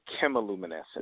chemiluminescence